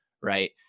right